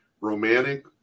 romantic